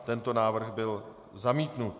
Tento návrh byl zamítnut.